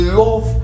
love